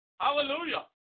Hallelujah